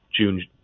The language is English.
June